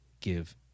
give